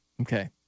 Okay